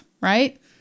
right